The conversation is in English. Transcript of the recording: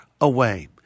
away